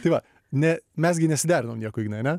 tai va ne mes gi nesiderinom nieko ignai ane